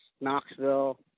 Knoxville